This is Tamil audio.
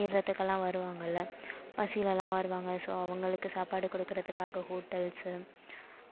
ஏர்றதுக்குலாம் வருவாங்கல்ல பசியிலல்லாம் வருவாங்க ஸோ அவங்களுக்கு சாப்பாடு கொடுக்கறதுக்காக ஹோட்டல்ஸ்